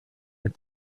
and